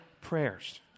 prayers